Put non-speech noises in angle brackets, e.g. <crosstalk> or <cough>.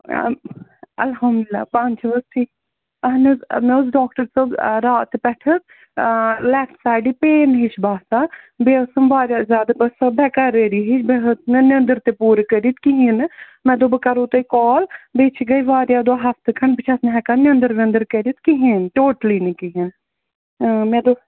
<unintelligible> اَلحمُدللہ پانہٕ چھِو حظ ٹھیٖک اہن حظ مےٚ اوس ڈاکٹر صٲب راتہٕ پٮ۪ٹھ حظ لیفٹ سایڈٕ پین ہِش باسان بیٚیہِ ٲسٕم واریاہ زیادٕ باسان سۄ بیٚقرٲری ہِش بہٕ ہیٚک نہٕ نیٚنٛدٕر تہِ پوٗرٕ کٔرِتھ کِہیٖنٛۍ نہٕ مےٚ دوٚپ بہٕ کَرہو تۄہہِ کال بیٚیہِ چھِ گٔے واریاہ دۄہ ہفتہٕ کھَنڈ بہٕ چھَس نہٕ ہٮ۪کان نیٚنٛدٕر ویٚنٛدٕر کٔرِتھ کِہیٖنٛۍ ٹوٹلی نہٕ کِہیٖنٛۍ مےٚ دوٚپ